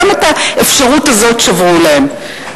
גם את האפשרות הזאת שברו להם.